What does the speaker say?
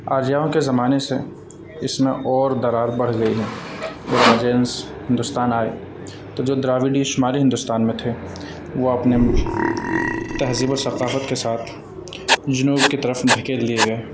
آجاؤں کے زمانے سے اس میں اور درار بڑھ گئی ہے جب آرجینس ہندوستان آئے تو جو دراویڑی شمالی ہندوستان میں تھے وہ اپنے تہذیب و ثقافت کے ساتھ جنوب کی طرف دھکیل لیے گئے